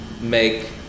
make